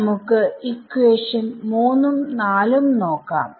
ഇനി നമുക്ക് ഇക്വേഷൻ മൂന്നും നാലും നോക്കാം